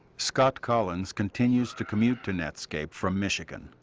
scott collins continues to commute to netscape from michigan.